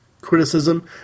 criticism